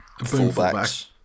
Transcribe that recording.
fullbacks